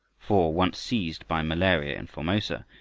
for, once seized by malaria in formosa,